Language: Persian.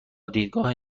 دیدگاه